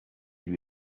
lui